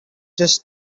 just